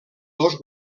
dos